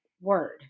word